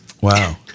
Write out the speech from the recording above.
Wow